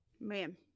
man